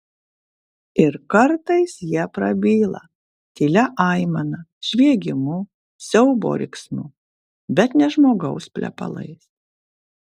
ir kartais jie prabyla tylia aimana žviegimu siaubo riksmu bet ne žmogaus plepalais